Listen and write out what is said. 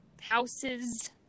houses